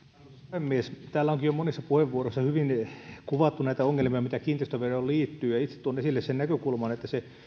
puhemies täällä onkin jo monissa puheenvuoroissa hyvin kuvattu näitä ongelmia mitä kiinteistöveroon liittyy itse tuon esille sen näkökulman että se